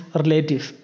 relatives